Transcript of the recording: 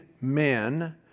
men